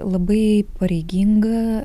labai pareigingą